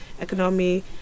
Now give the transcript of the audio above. economy